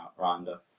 Rhonda